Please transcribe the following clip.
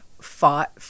fought